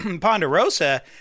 Ponderosa